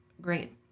great